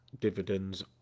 Dividends